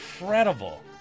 Incredible